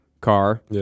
car